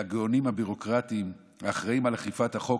לגאונים הביורוקרטיים האחראים לאכיפת החוק,